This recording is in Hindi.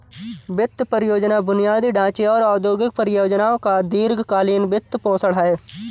वित्त परियोजना बुनियादी ढांचे और औद्योगिक परियोजनाओं का दीर्घ कालींन वित्तपोषण है